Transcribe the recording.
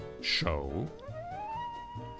show